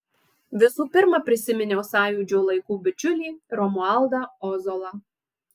visų pirma prisiminiau sąjūdžio laikų bičiulį romualdą ozolą